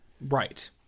right